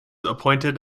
appointed